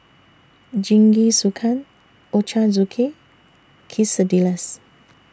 Jingisukan Ochazuke Quesadillas